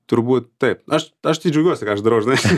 turbūt taip aš aš tai džiaugiuosi ką aš darau žinai